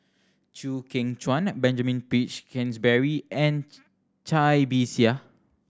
Chew Kheng Chuan Benjamin Peach Keasberry and Cai Bixia